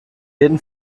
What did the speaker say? jeden